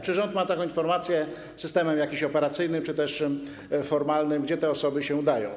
Czy rząd ma taką informację systemem jakimś operacyjnym czy też formalnym, gdzie te osoby się udają.